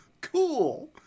Cool